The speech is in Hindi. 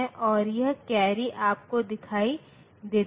तो यह 0010101 हो जाता है